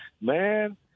Man